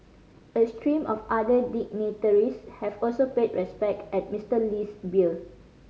a stream of other dignitaries have also paid respects at Mister Lee's bier